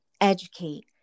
educate